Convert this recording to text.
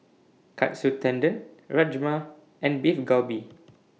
Katsu Tendon Rajma and Beef Galbi